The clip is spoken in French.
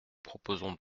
proposons